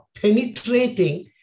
penetrating